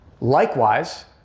Likewise